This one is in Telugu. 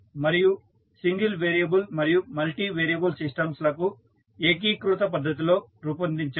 మరియు సింగిల్ వేరియబుల్ మరియు మల్టీ వేయరబుల్ సిస్టమ్స్ లను ఏకీకృత పద్ధతిలో రూపొందించడం